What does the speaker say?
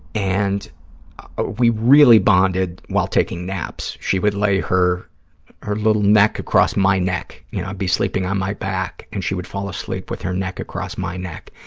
and we really bonded while taking naps. she would lay her her little neck across my neck, you know, i'd be sleeping on my back and she would fall asleep with her neck across my neck.